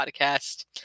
Podcast